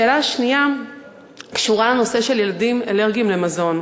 השאלה השנייה קשורה לנושא של ילדים אלרגים למזון.